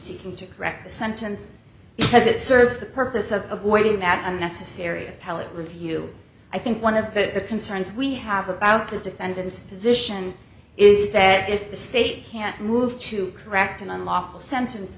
seeking to correct the sentence because it serves the purpose of avoiding that unnecessary appellate review i think one of the concerns we have about the defendant's position is that if the state can't move to correct an unlawful sentence